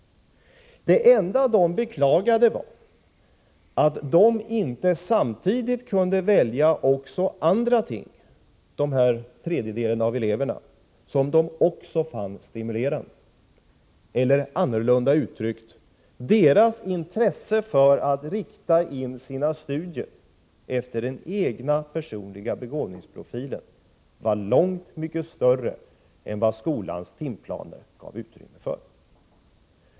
Det enda som denna tredjedel av eleverna beklagade var att man inte samtidigt kunde välja också andra tillvalsämnen, som de likaledes fann stimulerande. Eller annorlunda uttryckt: Deras intresse för att rikta in sina studier efter den egna personliga begåvningsprofilen var långt mycket större än vad skolans timplaner gav utrymme för.